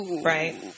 Right